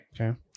Okay